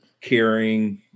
caring